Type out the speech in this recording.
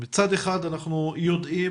מצד אחד אנחנו יודעים,